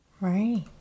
Right